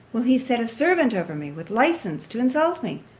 will he set a servant over me, with license to insult me?